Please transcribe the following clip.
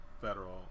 federal